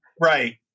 right